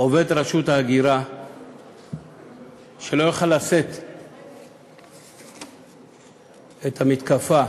עובד רשות האוכלוסין וההגירה שלא היה יכול לשאת את המתקפה